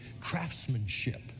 craftsmanship